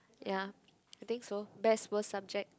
ya I think so best worst subject